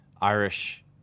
Irish